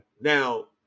Now